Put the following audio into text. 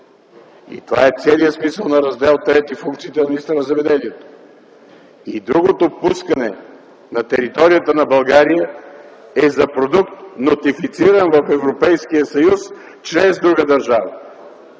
Това е целият смисъл на Раздел ІІІ – функциите на министъра на земеделието и храните. Другото пускане – на територията на България, е за продукт, нотифициран в Европейския съюз чрез друга държава.